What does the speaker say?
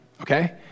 okay